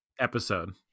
episode